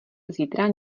zítra